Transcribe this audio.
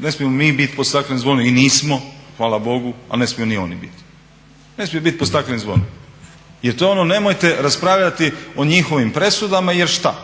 ne smijemo mi biti pod staklenim zvonom i nismo, hvala Bogu, a ne smiju ni oni biti, ne smiju biti pod staklenim zvonom. Jer to je ono nemojte raspravljati o njihovim presudama jer šta,